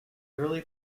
early